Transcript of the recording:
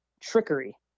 trickery